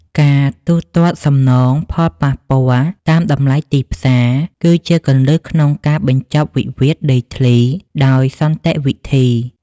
ការទូទាត់សំណងផលប៉ះពាល់តាមតម្លៃទីផ្សារ គឺជាគន្លឹះក្នុងការបញ្ចប់វិវាទដីធ្លីដោយសន្តិវិធី។